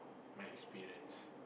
my experience